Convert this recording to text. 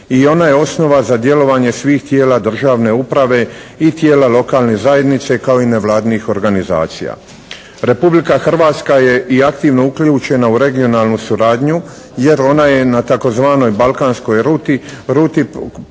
i ona je osnova za djelovanje svih tijela državne uprave i tijela lokalne zajednice kao i nevladinih organizacija. Republika Hrvatska je i aktivno uključena u regionalnu suradnju jer ona je na tzv. balkanskoj ruti preko